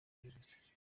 kubivuga